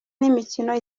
n’imikino